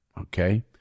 Okay